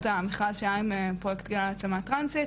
המכרז שהיה עם פרויקט גילה להעצמה טרנסית.